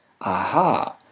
Aha